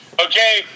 Okay